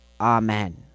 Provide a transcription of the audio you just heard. Amen